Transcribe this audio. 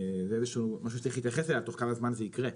זה משהו שצריך להתייחס אליו תוך כמה זמן זה יקרה.